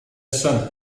son